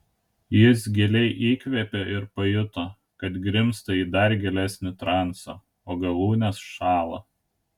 jis giliai įkvėpė ir pajuto kad grimzta į dar gilesnį transą o galūnės šąla